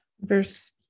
Verse